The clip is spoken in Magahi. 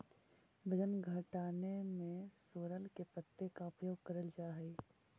वजन घटाने में सोरल के पत्ते का उपयोग करल जा हई?